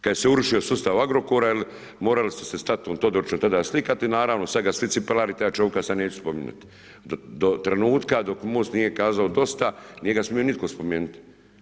Kad se urušio sustav Agrokora, morali ste se stat s Todorićem tada slikati, naravno sad ga svi cipelarite, ja čovjeka sad neću spominjati do trenutka dok MOST nije kazao dosta, nije ga smio nitko spomenuti.